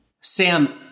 Sam